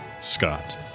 Scott